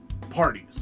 parties